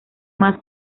más